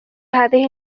هذه